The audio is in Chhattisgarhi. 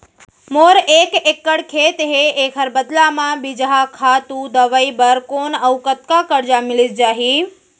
मोर एक एक्कड़ खेत हे, एखर बदला म बीजहा, खातू, दवई बर कोन अऊ कतका करजा मिलिस जाही?